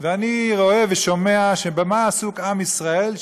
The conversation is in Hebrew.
ואני רואה ושומע: במה עסוק עם ישראל?